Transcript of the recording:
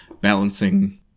balancing